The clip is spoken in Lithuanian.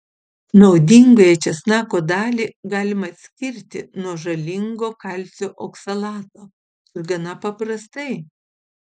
naudingąją česnako dalį galima atskirti nuo žalingo kalcio oksalato ir gana paprastai